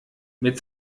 mit